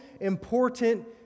important